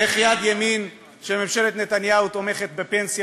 איך יד ימין של ממשלת נתניהו תומכת בפנסיה